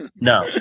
No